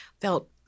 felt